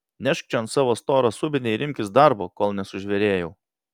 nešk čion savo storą subinę ir imkis darbo kol nesužvėrėjau